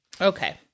Okay